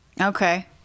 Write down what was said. Okay